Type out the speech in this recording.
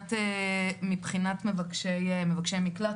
שמבחינת מבקשי מקלט,